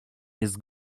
jest